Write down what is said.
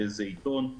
באיזה עיתון,